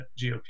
GOP